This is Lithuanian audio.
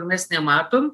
mes nematom